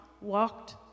walked